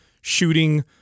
shooting